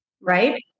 right